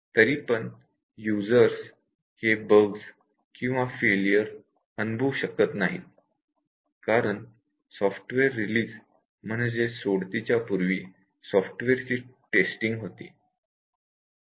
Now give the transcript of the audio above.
तरीपण यूजर्स हे बग्स किंवा फेलियर अनुभवू शकत नाहीत कारण सॉफ्टवेअर रिलीज पूर्वी सॉफ्टवेअर ची टेस्टिंग होते